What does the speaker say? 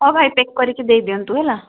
ହେଉ ଭାଇ ପ୍ୟାକ୍ କରିକି ଦେଇଦିଅନ୍ତୁ ହେଲା